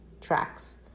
tracks